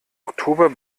oktober